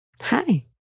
hi